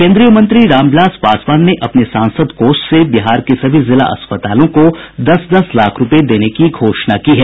केंद्रीय मंत्री रामविलास पासवान ने अपने सांसद कोष से बिहार के सभी जिला अस्पतालों को दस दस लाख रूपये देने की घोषणा की है